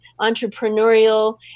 Entrepreneurial